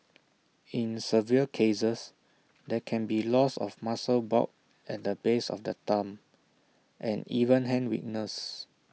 in severe cases there can be loss of muscle bulk at the base of the thumb and even hand weakness